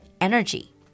energy